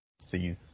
sees